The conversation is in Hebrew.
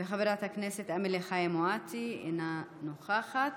חברת הכנסת אמילי חיה מואטי, אינה נוכחת.